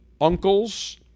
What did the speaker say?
Uncles